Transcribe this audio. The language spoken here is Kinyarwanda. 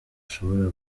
ashobora